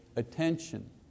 attention